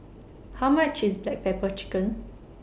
How much IS Black Pepper Chicken